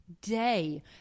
day